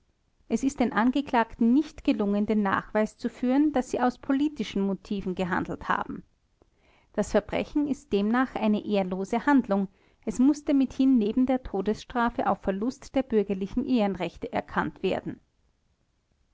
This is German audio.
es ist den angeklagten nicht gelungen den nachweis zu führen daß sie aus politischen motiven gehandelt haben das verbrechen ist demnach eine ehrlose handlung es mußte mithin neben der todesstrafe auf verlust der bürgerlichen ehrenrechte erkannt werden